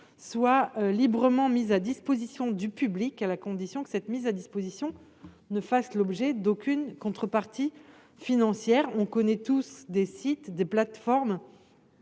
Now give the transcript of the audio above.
soient librement mis à disposition du public, à la condition que cette mise à disposition ne fasse l'objet d'aucune contrepartie financière. Nous connaissons tous des sites internet